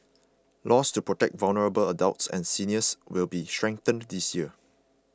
laws to protect vulnerable adults and seniors will be strengthened this year